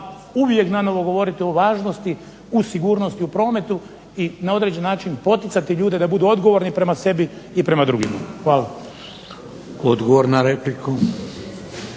uvijek nanovo govoriti o važnosti u sigurnosti u prometu i na određeni način poticati ljude da budu odgovorni prema sebi i prema drugima. Hvala. **Šeks,